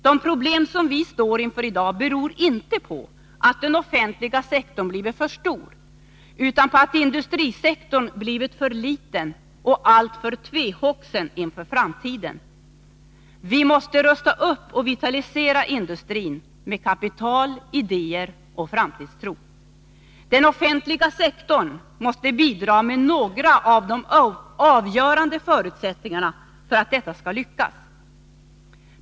De problem som vi står inför i dag beror inte på att den offentliga sektorn blivit för stor utan på att industrisektorn blivit för liten och alltför tvehågsen inför framtiden. Vi måste rusta upp och vitalisera industrin — med kapital, idéer och framtidstro. Den offentliga sektorn måste bidra med några av de avgörande förutsättningarna för att detta skall lyckas.